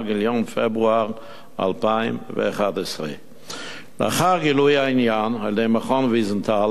גיליון פברואר 2011. לאחר גילוי העניין על-ידי מכון ויזנטל